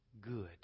good